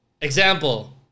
example